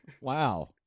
Wow